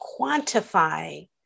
quantify